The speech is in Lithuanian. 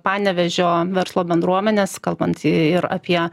panevėžio verslo bendruomenes kalbant ir apie